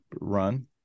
run